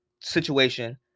situation